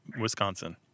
Wisconsin